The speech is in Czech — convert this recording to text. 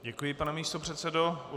Děkuji, pane místopředsedo.